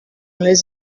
les